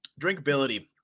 drinkability